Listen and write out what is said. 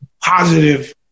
positive